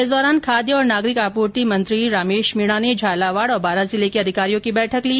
इस दौरान खाद्य और नागरिक आपूर्ति मंत्री रमेश मीणा ने झालावाड और बारां जिले के अधिकारियों की बैठक ली